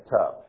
tough